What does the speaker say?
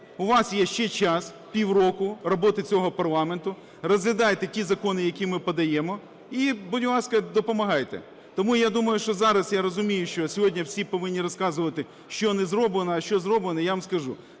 У вас є ще час, півроку роботи цього парламенту. Розглядайте ті закони, які ми подаємо. І, будь ласка, допомагайте. Тому, я думаю, що зараз, я розумію, що сьогодні всі повинні розказувати, що не зроблено, а що зроблено. Я вам скажу,